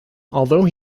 although